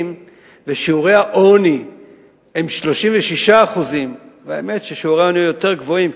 ושיעורי העוני הם 36% והאמת היא ששיעורי העוני יותר גבוהים,